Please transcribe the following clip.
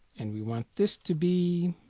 and we want this to be